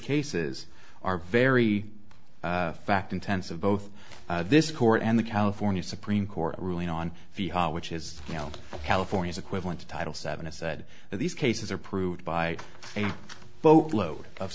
cases are very fact intensive both this court and the california supreme court ruling on which is you know california's equivalent to title seven and said that these cases are proved by a boat load of